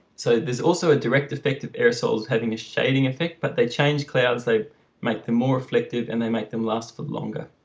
so there's also a direct effect of aerosols having a shading effect but they change clouds they make them more reflective and they make them last for longer